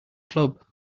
club